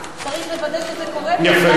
צריך לוודא שזה קורה, יפה.